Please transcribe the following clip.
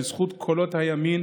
בזכות קולות הימין